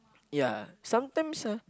ya sometimes ah